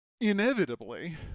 Inevitably